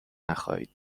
نخایید